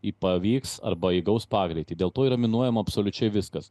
į pavyks arba įgaus pagreitį dėl to yra minuojama absoliučiai viskas